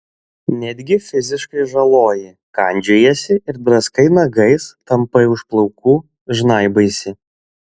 netgi fiziškai žaloji kandžiojiesi ir draskai nagais tampai už plaukų žnaibaisi